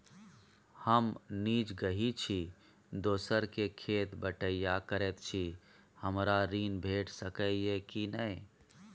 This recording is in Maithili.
हम निजगही छी, दोसर के खेत बटईया करैत छी, हमरा ऋण भेट सकै ये कि नय?